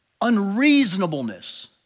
unreasonableness